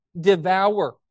devour